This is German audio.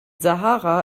sahara